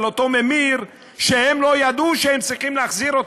אותו ממיר שהם לא ידעו שהם צריכים להחזיר,